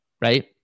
right